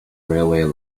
railway